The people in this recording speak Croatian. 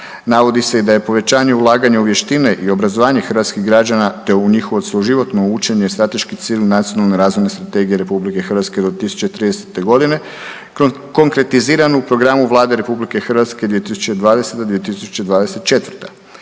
Navodi se i da je povećanje ulaganja u vještine i obrazovanje hrvatskih građana te u njihovo cjeloživotno učenje strateški cilj Nacionalne razvojne strategije RH do 2030. godine konkretiziran u programu Vlade RH 2020. – 2024.,